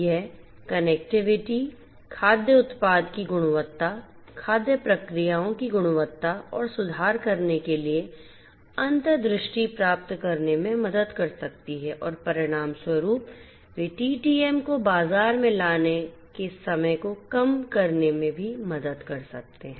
यह कनेक्टिविटी खाद्य उत्पाद की गुणवत्ता खाद्य प्रक्रियाओं की गुणवत्ता और सुधार करने के लिए अंतर्दृष्टि प्राप्त करने में मदद कर सकती है और परिणामस्वरूप वे टीटीएम को बाजार में लाने के समय को कम करने में भी मदद कर सकते हैं